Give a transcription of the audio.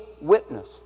witness